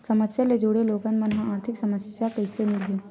समस्या ले जुड़े लोगन मन ल आर्थिक सहायता कइसे मिलही?